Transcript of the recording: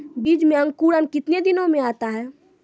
बीज मे अंकुरण कितने दिनों मे आता हैं?